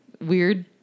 Weird